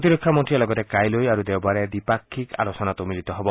প্ৰতিৰক্ষামন্ৰীয়ে লগতে কাইলৈ আৰু দেওবাৰলৈ দ্বিপাক্ষিক আলোচনাতো মিলিত হ'ব